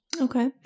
Okay